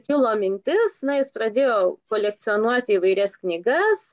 kilo mintis na jis pradėjo kolekcionuoti įvairias knygas